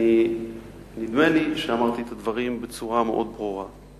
נדמה לי שאמרתי את הדברים בצורה מאוד ברורה.